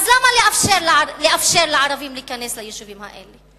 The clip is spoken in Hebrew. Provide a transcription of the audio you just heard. למה לאפשר לערבים להיכנס ליישובים האלה?